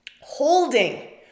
holding